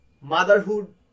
motherhood